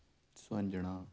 ਸੋਅੰਜਣਾ